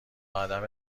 عدم